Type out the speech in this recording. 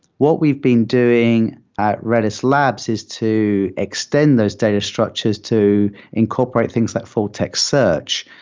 what we've been doing at rdis labs is to extend those data structures to incorporate things at full text search,